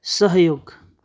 सहयोग